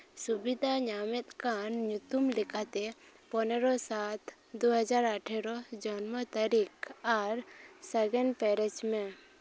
ᱥᱩᱵᱤᱫᱟᱭ ᱧᱟᱢᱮᱫ ᱠᱟᱱ ᱧᱩᱛᱩᱢ ᱞᱮᱠᱟᱛᱮ ᱯᱚᱱᱨᱚ ᱥᱟᱛ ᱫᱩ ᱦᱟᱡᱟᱨ ᱟᱴᱷᱮᱨᱚ ᱡᱚᱱᱢᱚ ᱛᱟᱹᱨᱤᱠᱷ ᱟᱨ ᱥᱮᱵᱮᱱ ᱯᱮᱨᱮᱡᱽ ᱢᱮ